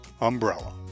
umbrella